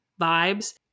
vibes